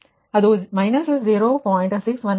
6153ಆಗಿತ್ತುಅದು ಕೂಡ 0